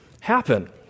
happen